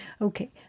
Okay